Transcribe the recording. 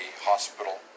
hospital